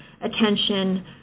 attention